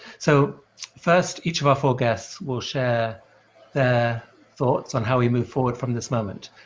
so first, each of our four guests will share their thoughts on how we move forward from this moment.